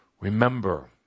Remember